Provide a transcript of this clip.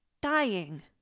dying